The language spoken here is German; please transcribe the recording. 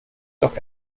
doch